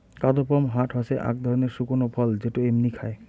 কাদপমহাট হসে আক ধরণের শুকনো ফল যেটো এমনি খায়